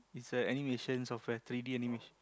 is a animation software three-d animation